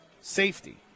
Safety